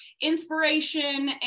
inspiration